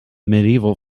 medieval